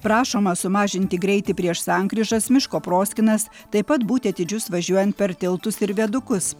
prašoma sumažinti greitį prieš sankryžas miško proskynas taip pat būti atidžius važiuojant per tiltus ir viadukus